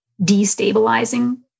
destabilizing